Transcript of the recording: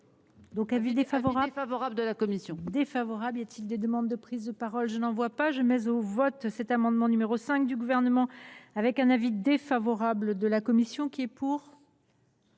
l’avis défavorable de la commission